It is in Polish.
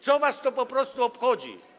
Co was to po prostu obchodzi?